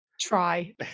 Try